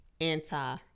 anti